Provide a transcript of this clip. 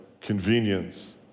Convenience